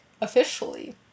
officially